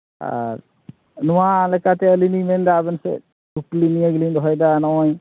ᱟᱨ ᱱᱚᱣᱟ ᱞᱮᱠᱟᱛᱮ ᱟᱹᱞᱤᱧ ᱞᱤᱧ ᱢᱮᱱ ᱮᱫᱟ ᱟᱵᱮᱱ ᱴᱷᱮᱱ ᱠᱩᱠᱞᱤ ᱱᱤᱭᱟᱹ ᱜᱮᱞᱤᱧ ᱫᱚᱦᱚᱭᱮᱫᱟ ᱱᱚᱜᱼᱚᱭ